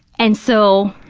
and so.